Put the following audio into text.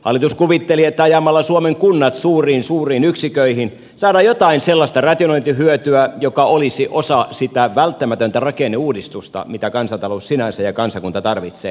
hallitus kuvitteli että ajamalla suomen kunnat suuriin suuriin yksiköihin saadaan jotain sellaista rationointihyötyä joka olisi osa sitä välttämätöntä rakenneuudistusta mitä kansantalous ja kansakunta sinänsä tarvitsee